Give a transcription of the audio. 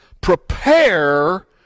Prepare